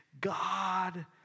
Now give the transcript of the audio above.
God